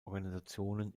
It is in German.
organisationen